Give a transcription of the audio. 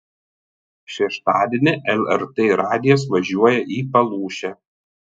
šeštadienį lrt radijas važiuoja į palūšę